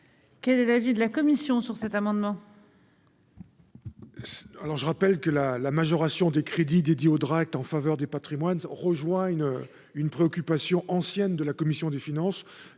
Quel est l'avis de la commission sur cet amendement.